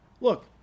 Look